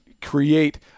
create